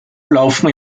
laufen